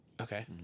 Okay